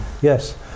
yes